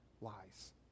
lies